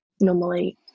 normally